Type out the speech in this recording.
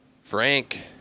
Frank